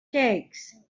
cakes